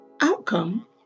outcome